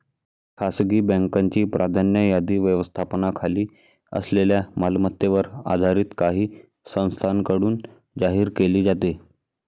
खासगी बँकांची प्राधान्य यादी व्यवस्थापनाखाली असलेल्या मालमत्तेवर आधारित काही संस्थांकडून जाहीर केली जाते